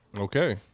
Okay